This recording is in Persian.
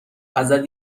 ازت